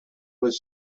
was